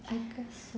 I guess so